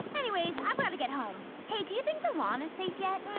anyways, i've got to get home. hey, do you think the lawn is safe yet? yeah